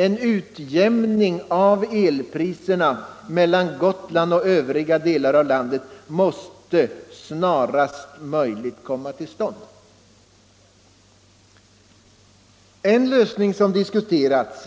En utjämning av elpriserna mellan Gotland och övriga delar av landet måste snarast komma till stånd. En lösning som har diskuterats